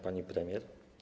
Pani Premier!